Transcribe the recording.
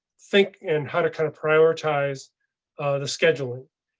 think and how to kind of prioritize the scheduling.